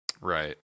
Right